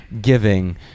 giving